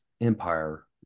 empire